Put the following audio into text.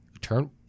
turn